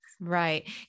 Right